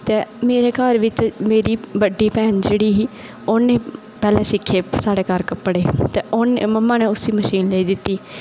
ते मेरे घर बी मेरी बड्डी भैन जेह्ड़ी ही ते उन्ने सिक्खे साढ़े घर कपड़े ते उन्ने